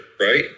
right